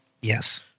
Yes